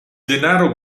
denaro